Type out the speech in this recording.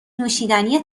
نوشیدنی